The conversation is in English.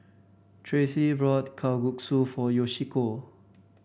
Tracie brought Kalguksu for Yoshiko